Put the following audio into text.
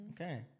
Okay